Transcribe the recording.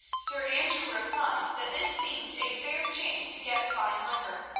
sir andrew replied that this seemed a fair chance to get fine liquor,